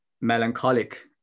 melancholic